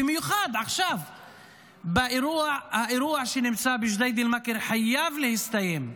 במיוחד עכשיו האירוע בג'דיידה-מכר חייב להסתיים,